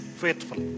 faithful